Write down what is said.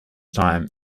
time